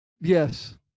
yes